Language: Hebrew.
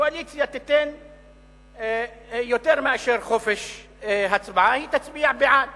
הקואליציה תיתן יותר מחופש הצבעה, היא תצביע בעד